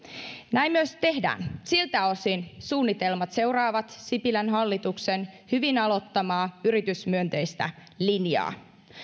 näin myös tehdään siltä osin suunnitelmat seuraavat sipilän hallituksen hyvin aloittamaa yritysmyönteistä linjaa